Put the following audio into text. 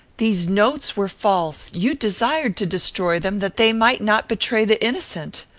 these notes were false. you desired to destroy them, that they might not betray the innocent.